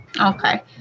Okay